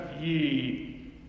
ye